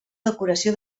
decoració